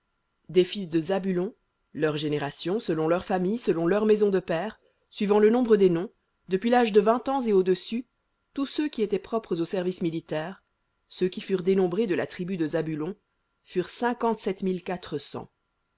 des fils de zabulon leurs générations selon leurs familles selon leurs maisons de pères suivant le nombre des noms depuis l'âge de vingt ans et au-dessus tous ceux qui étaient propres au service militaire ceux qui furent dénombrés de la tribu de zabulon furent